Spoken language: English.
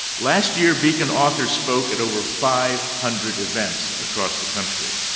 last year beacon authors spoke at over five hundred events across the country.